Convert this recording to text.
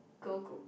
girl group